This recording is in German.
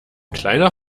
kleiner